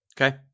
Okay